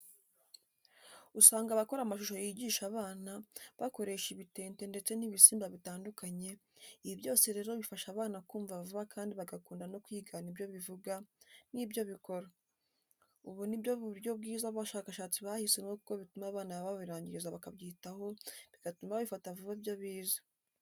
Usanga abakora amashusho y'igisha abana, bakoresha ibitente ndetse n'ibisimba bitandukanye, ibi byose rero bifasha abana kumva vuba kandi bagakunda no kwigana ibyo bivuga n'ibyo bikora, ubu ni bwo buryo bwiza abashakashatsi bahisemo kuko bituma abana babirangarira bakabyitaho bigatuma babifata vuba ibyo bize.